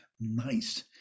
nice